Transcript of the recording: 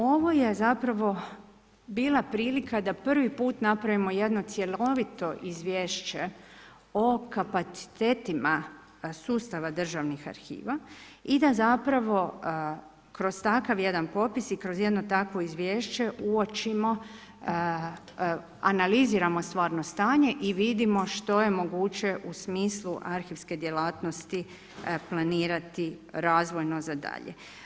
Ovo je zapravo bila prilika da prvi put napravimo jedno cjelovito izvješće o kapacitetima sustava državnih arhiva i da zapravo kroz takav jedan popis i kroz jedno takvo izvješće uočimo, analiziramo stvarno stanje i vidimo što je moguće u smislu arhivske djelatnosti planirati razvojno za dalje.